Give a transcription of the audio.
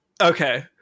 Okay